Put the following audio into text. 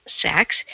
sex